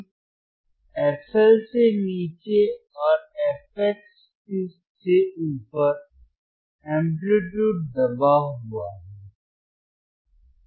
जबकि fL से नीचे और fH से ऊपर एम्पलीटूड दबा हुआ है